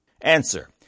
Answer